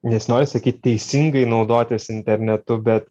nesinori sakyt teisingai naudotis internetu bet